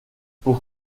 pour